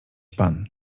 pan